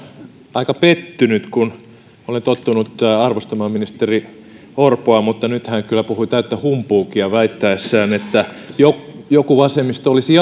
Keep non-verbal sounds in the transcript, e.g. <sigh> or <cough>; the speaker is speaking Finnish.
aika pettynyt kun olen tottunut arvostamaan ministeri orpoa mutta nyt hän kyllä puhui täyttä humpuukia väittäessään että joku vasemmisto olisi <unintelligible>